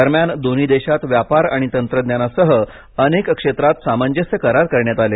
दरम्यान दोन्ही देशांत व्यापार आणि तंत्रज्ञानासह अनेक क्षेत्रात सामंजस्य करार करण्यात आले